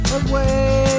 away